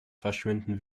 verschwinden